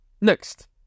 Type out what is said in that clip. Next